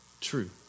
true